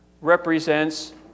represents